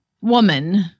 woman